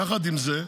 יחד עם זה,